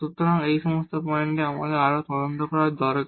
সুতরাং এই সমস্ত পয়েন্টে আমাদের আরও খোঁজা করা দরকার